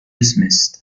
dismissed